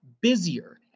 busier